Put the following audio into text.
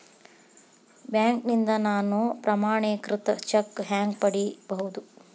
ಬ್ಯಾಂಕ್ನಿಂದ ನಾನು ಪ್ರಮಾಣೇಕೃತ ಚೆಕ್ ಹ್ಯಾಂಗ್ ಪಡಿಬಹುದು?